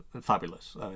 fabulous